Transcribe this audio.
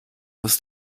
muss